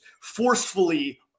forcefully